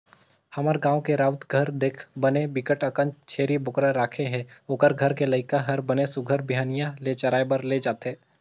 हमर गाँव के राउत घर देख बने बिकट अकन छेरी बोकरा राखे हे, ओखर घर के लइका हर बने सुग्घर बिहनिया ले चराए बर ले जथे